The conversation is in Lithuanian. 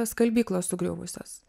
skalbyklos sugriuvusios